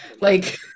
like-